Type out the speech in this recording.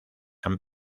han